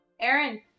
Aaron